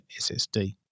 SSD